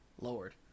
lord